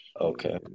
Okay